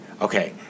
Okay